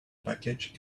package